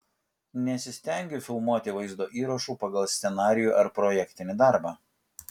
nesistengiu filmuoti vaizdo įrašų pagal scenarijų ar projektinį darbą